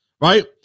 right